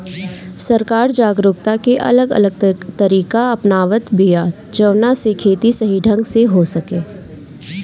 सरकार जागरूकता के अलग अलग तरीका अपनावत बिया जवना से खेती सही ढंग से हो सके